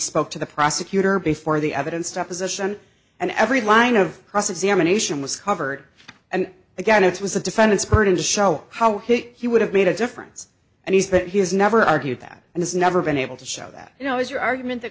spoke to the prosecutor before the evidence deposition and every line of cross examination was covered and again it was the defendant's burden to show how he he would have made a difference and he's that he has never argued that and has never been able to show that you know is your argument that